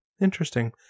interesting